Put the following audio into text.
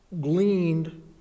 gleaned